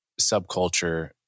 subculture